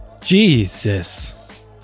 Jesus